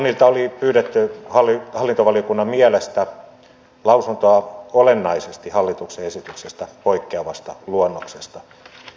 kunnilta oli pyydetty hallintovaliokunnan mielestä lausuntoa olennaisesti hallituksen esityksestä poikkeavasta luonnoksesta